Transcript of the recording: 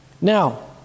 Now